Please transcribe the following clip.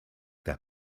that